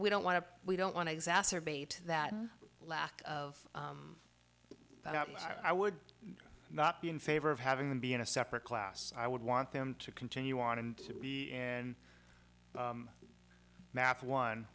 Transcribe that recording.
we don't want to we don't want to exacerbate that lack of i would not be in favor of having them be in a separate class i would want them to continue on and be and math one